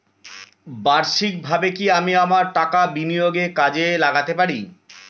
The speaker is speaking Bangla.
বার্ষিকভাবে কি আমি আমার টাকা বিনিয়োগে কাজে লাগাতে পারি?